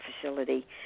facility